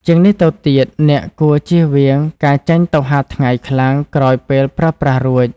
ជាងនេះទៅទៀត អ្នកគួរចៀសវាងការចេញទៅហាលថ្ងៃខ្លាំងក្រោយពេលប្រើប្រាស់រួច។